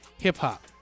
hip-hop